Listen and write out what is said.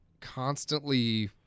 constantly